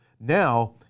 Now